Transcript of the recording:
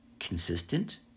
Consistent